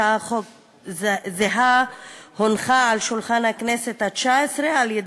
הצעת חוק זהה הונחה על שולחן הכנסת התשע-עשרה על-ידי